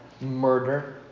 murder